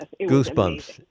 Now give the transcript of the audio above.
Goosebumps